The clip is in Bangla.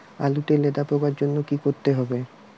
আলুতে লেদা পোকার জন্য কি করতে হবে?